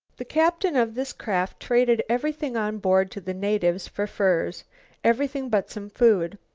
the captain of this craft traded everything on board to the natives for furs everything but some food.